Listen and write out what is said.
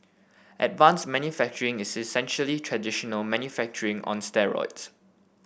advanced manufacturing is essentially traditional manufacturing on steroids